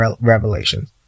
revelations